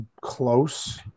close